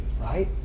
right